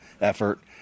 effort